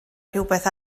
rhywbeth